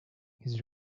his